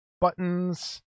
buttons